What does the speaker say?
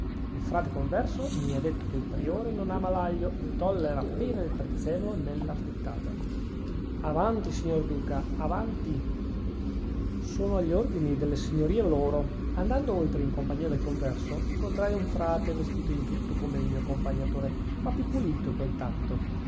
il frate converso mi ha detto che il priore non ama l'aglio e tollera appena il prezzemolo nella frittata avanti signor duca avanti sono agli ordini delle signorie loro andando oltre in compagnia del converso incontrai un frate vestito in tutto come il mio accompagnatore ma più pulito quel tanto